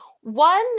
one